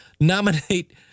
nominate